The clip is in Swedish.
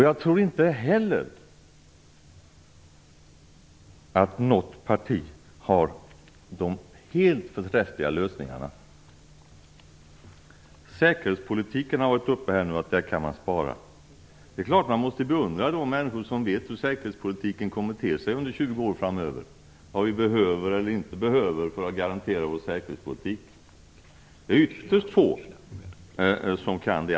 Jag tror inte heller att något parti har de helt förträffliga lösningarna. Säkerhetspolitiken har varit uppe till debatt, och det har sagts att där kan man spara. Det är klart att man måste beundra de människor som vet hur säkerhetspolitiken kommer att te sig under 20 år framöver, vad vi behöver eller inte behöver för att garantera vår säkerhet. Det är ytterst få som kan det.